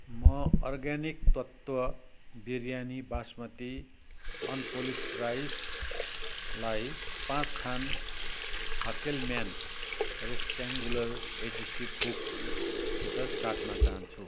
म अर्ग्यानिक तत्त्व बिरयानी बासमती अनपोलिस्ड राइसलाई पाँच थान फाकेलम्यान रेक्ट्याङ्गुलर एडिसिभ हुकसित साट्न चाहान्छु